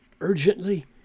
urgently